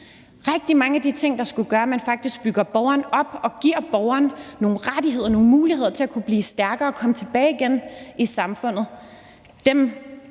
Rigtig mange af de ting, der skulle gøre, at man faktisk bygger borgeren op og giver borgeren nogle rettigheder og nogle muligheder for at kunne blive stærkere og komme tilbage igen i samfundet, har